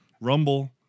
Rumble